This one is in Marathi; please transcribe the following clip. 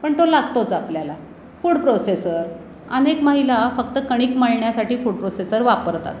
पण तो लागतोच आपल्याला फूड प्रोसेसर अनेक महिला फक्त कणिक मळण्यासाठी फूड प्रोसेसर वापरतात